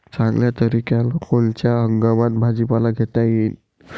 चांगल्या तरीक्यानं कोनच्या हंगामात भाजीपाला घेता येईन?